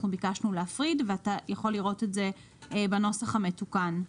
אנחנו ביקשנו להפריד ואתה יכול לראות את זה בנוסח המתוקן.